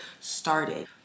started